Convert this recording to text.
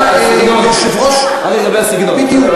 אבל, אדוני היושב-ראש, רק לגבי הסגנון.